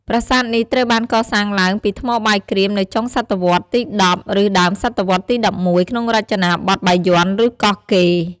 ប្រាសាទនេះត្រូវបានកសាងឡើងពីថ្មបាយក្រៀមនៅចុងសតវត្សរ៍ទី១០ ឬដើមសតវត្សរ៍ទី១១ ក្នុងរចនាបថបាយ័ន ឬកោះកេរ្ដិ៍។